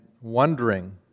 wondering